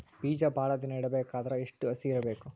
ಬೇಜ ಭಾಳ ದಿನ ಇಡಬೇಕಾದರ ಎಷ್ಟು ಹಸಿ ಇರಬೇಕು?